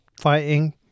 fighting